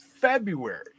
February